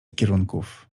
kierunków